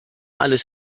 alles